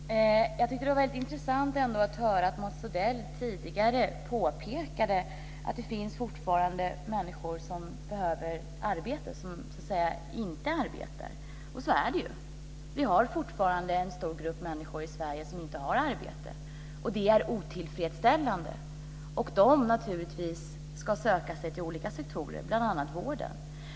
Fru talman! Jag tycker att det var väldigt intressant att tidigare höra Mats Odell påpeka att det fortfarande finns människor som behöver arbete, som inte arbetar. Så är det ju. Vi har fortfarande en stor grupp människor i Sverige som inte har arbete, och det är otillfredsställande. De ska naturligtvis söka sig till olika sektorer, bl.a. till vården.